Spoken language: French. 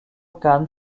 kahn